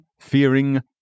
fearing